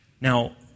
Now